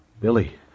Billy